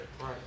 Right